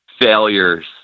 failures